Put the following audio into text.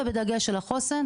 בנוסף,